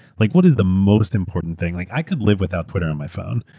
like what is the most important thing? like i could live without twitter on my phone,